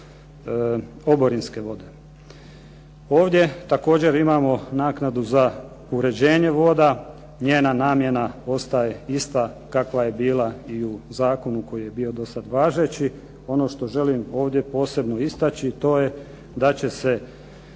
oborinske vode. Ovdje također imamo naknadu za uređenje voda. Njena namjena ostaje ista kakva je bila i u zakonu koji je bio važeći. Ono što želim ovdje posebno istaći to je da će se